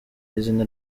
izina